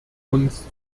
uns